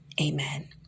Amen